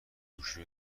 گوشی